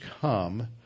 come